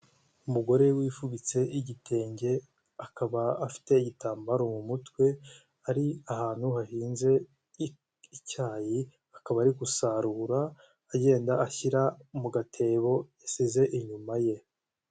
Umugore wifubitse igitenge akaba afite igitambaro mu mutwe ari ahantu hahinze icyayi akaba ari gusarura agenda ashyira mu gatebo yasize inyuma ye.